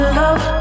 love